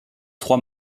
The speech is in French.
trois